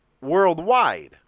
worldwide